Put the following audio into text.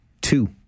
two